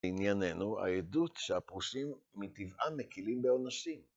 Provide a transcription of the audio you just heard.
בענייננו העדות שהפרושים מטבעם מקילים בעונשים.